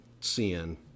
sin